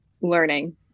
learning